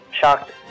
shocked